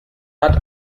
hat